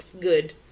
good